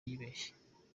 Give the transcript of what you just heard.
yibeshye